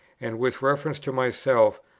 and with reference to myself,